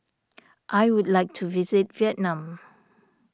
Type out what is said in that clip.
I would like to visit Vietnam